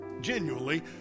genuinely